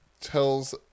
tells